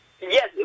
Yes